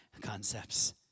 concepts